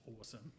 awesome